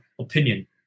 opinion